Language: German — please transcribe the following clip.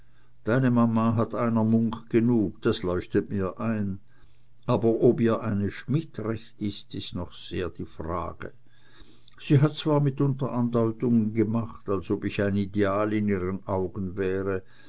deine mama hat an einer munk genug das leuchtet mir ein aber ob ihr eine schmidt recht ist ist noch sehr die frage sie hat zwar mitunter andeutungen gemacht als ob ich ein ideal in ihren augen wäre